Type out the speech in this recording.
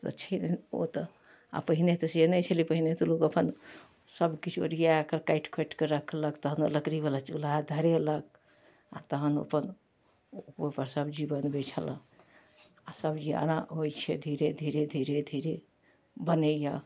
ओ छै नहि ओ तऽ आओर पहिने तऽ से नहि छलै पहिने तऽ लोक अपन सबकिछु ओरिआकऽ काटि खोँटिकऽ राखलक तहन लकड़ीवला चुल्हा धरेलक आओर तहन ओहिपर ओहिपर सबजी बनबै छलै आओर सबजी एना होइ छै धीरे धीरे धीरे बनैए